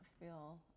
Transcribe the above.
feel